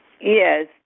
Yes